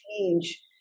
change